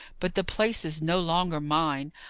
but the place is no longer mine.